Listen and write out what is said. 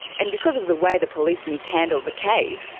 and because of the way the police mishandled the case,